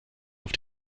auf